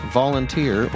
volunteer